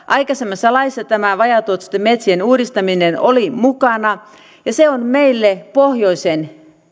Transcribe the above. aikaisemmassa laissa tämä vajaatuottoisten metsien uudistaminen oli mukana ja meille pohjoisen